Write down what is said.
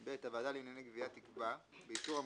(ב)הוועדה לענייני גביה תקבע, באישור המועצה,